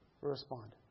respond